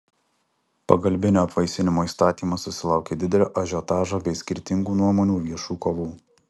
pagalbinio apvaisinimo įstatymas susilaukė didelio ažiotažo bei skirtingų nuomonių viešų kovų